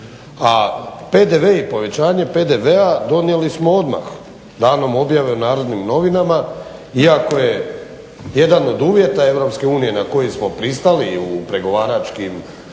A PDV i povećanje PDV-a donijeli smo odmah danom objave u Narodnim novinama iako je jedan od uvjeta EU na koji smo pristali u pregovaračkom